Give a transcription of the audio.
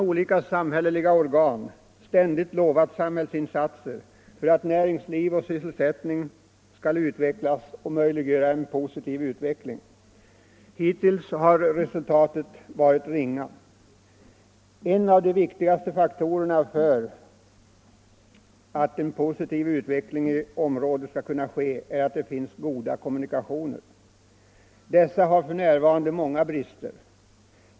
Olika samhälleliga organ har ständigt lovat samhällsinsatser för att näringsliv och sysselsättning skall förbättras och möjliggöra en positiv utveckling. Hitills har resultaten varit ringa. En av de viktigaste faktorerna för en positiv utveckling i området är att det finns goda kommunikationer. Dessa har f. n. många brister.